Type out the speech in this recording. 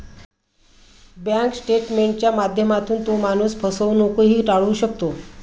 bank स्टेटमेंटच्या माध्यमातून तो माणूस फसवणूकही टाळू शकतो